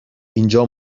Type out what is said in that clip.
اینجا